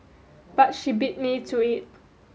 but she beat me to it